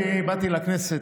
כשאני הגעתי לכנסת,